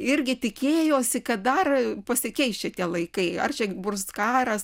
irgi tikėjosi kad dar pasikeis čia tie laikai ar čia bus karas